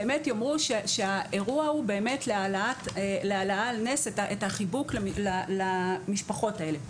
באמת יאמרו שהאירוע הוא להעלאה על נס את החיבוק למשפחות האלה.